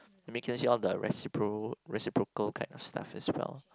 I mean can I see all the recipro~ reciprocal kind of stuff as well